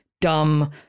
dumb